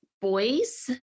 boys